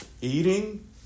eating